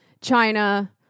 china